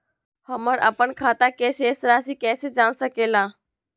हमर अपन खाता के शेष रासि कैसे जान सके ला?